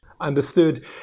understood